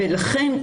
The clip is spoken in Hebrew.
לכן,